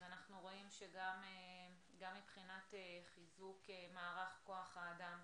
שאנחנו רואים שגם מבחינת חיזוק מערך כוח האדם.